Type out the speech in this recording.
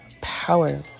power